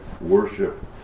worship